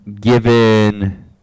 given